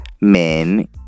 men